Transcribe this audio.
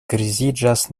griziĝas